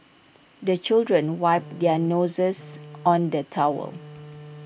the children wipe their noses on the towel